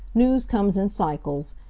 news comes in cycles.